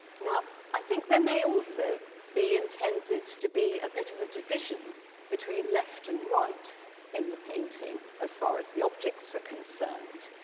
now, i think there may also be intended to be a bit of a division between left and right in the painting, as far as the objects are concerned,